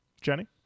jenny